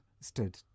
stood